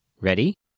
Ready